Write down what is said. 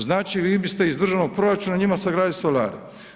Znači vi biste iz državnog proračuna njima sagradili solare.